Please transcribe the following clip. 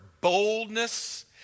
boldness